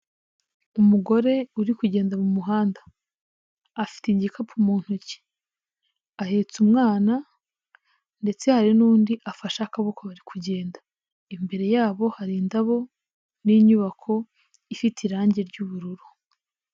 Umugore uri kugenda mu muhanda, afite igikapu mu ntoki, ahetse umwana ndetse hari n'undi afashe akaboko bari kugenda, imbere yabo hari indabo n'inyubako ifite irangi ry'ubururu.